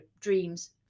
dreams